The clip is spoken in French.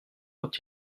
quand